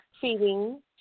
feeding